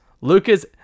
Lucas